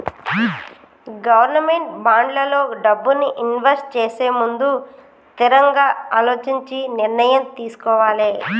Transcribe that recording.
government బాండ్లల్లో డబ్బుని invest చేసేముందు తిరంగా అలోచించి నిర్ణయం తీసుకోవాలే